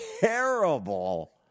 terrible